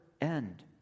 end